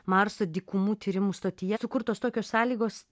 marso dykumų tyrimų stotyje sukurtos tokios sąlygos